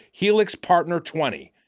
HelixPartner20